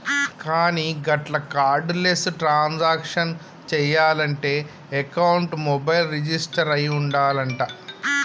కానీ గట్ల cardless transaction చేయాలంటే అకౌంట్ మొబైల్ రిజిస్టర్ అయి ఉండాలంట